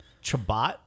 Chabot